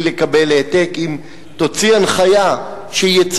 רגע, רגע, אני עוד לא אמרתי.